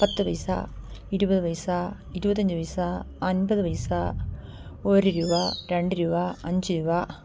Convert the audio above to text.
പത്ത് പൈസ ഇരുപത് പൈസ ഇരുപത്തഞ്ച് പൈസ അൻപത് പൈസ ഒരു രൂപ രണ്ട് രൂപ അഞ്ച് രൂപ